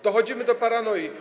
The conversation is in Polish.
Dochodzimy do paranoi.